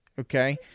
Okay